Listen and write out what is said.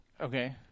Okay